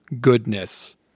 goodness